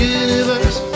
universe